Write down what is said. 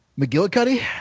McGillicuddy